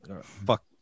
Fuck